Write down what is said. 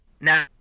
Now